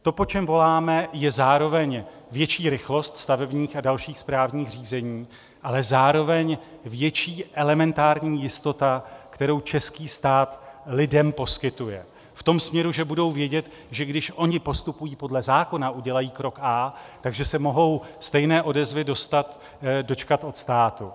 To, po čem voláme, je zároveň větší rychlost stavebních a dalších správních řízení, ale zároveň větší elementární jistota, kterou český stát lidem poskytuje v tom směru, že budou vědět, že když oni postupují podle zákona, udělají krok A, tak se mohou stejné odezvy dočkat od státu.